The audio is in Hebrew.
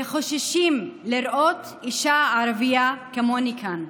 שחוששים לראות אישה ערבייה כמוני כאן.